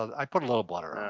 i put a little butter on